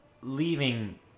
leaving